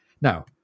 Now